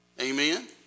Amen